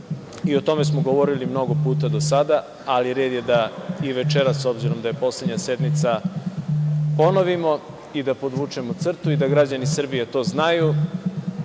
i o tome smo govorili mnogo puta do sada, ali red je da i večeras, s obzirom da je poslednja sednica ponovimo i da podvučemo crtu i da građani Srbije to znaju. Dakle